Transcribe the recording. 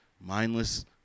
mindless